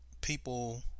People